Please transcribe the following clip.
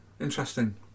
Interesting